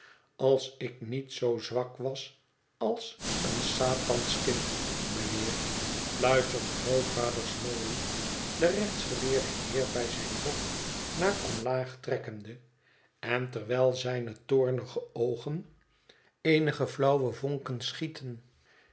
als ik niet zoo zwak was als een satansch kind mijnheer fluistert grootvader smallweed den rechtsgeleerden heer bij zijn rok naar omlaag trekkende en terwijl zijne toornige oogen eenige flauwe vonken schieten